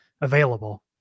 available